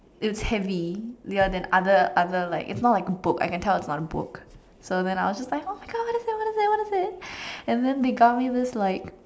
it's heavy oh ya than other other like it's not like a book I can tell it's not a book so then I was like oh my God oh my God what is it what is it and then they got me this like